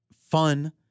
fun